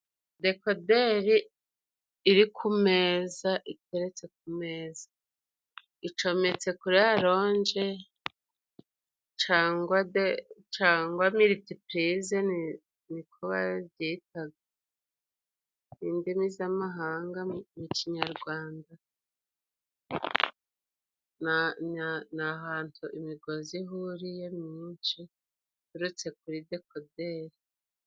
Dekoderi iri ku meza iteretse ku meza. Icometse kuri raronje cangwa militipurize niko bazitaga, indimi z'amahanga kinyarwanda. Ni ahantu imigozi ihuriye myinshi iturutse kuri dekoderi.